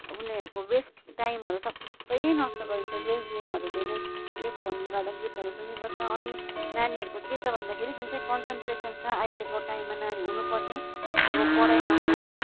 उनीहरूको वेस्ट टाइमहरू सबै नष्ट गरिदिन्छ यही गेमहरूले नै यो फोनले गर्दा गीतहरू सुनिबस्छ अनि नानीहरूको के छ भन्दाखेरि जुन चाहिँ कन्सन्ट्रेसन छ अहिलेको टाइममा नानीमा हुनुपर्ने अब पढाइमा होस्